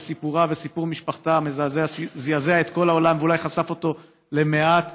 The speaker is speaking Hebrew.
שסיפורה וסיפור משפחתה זעזע את כל העולם ואולי חשף אותו למעט